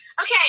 Okay